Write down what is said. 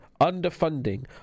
underfunding